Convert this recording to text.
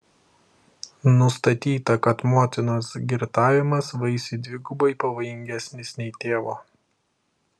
nustatyta kad motinos girtavimas vaisiui dvigubai pavojingesnis nei tėvo